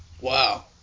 Wow